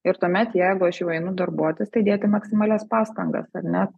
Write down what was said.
ir tuomet jeigu aš jau einu darbuotis tai dėti maksimalias pastangas ar ne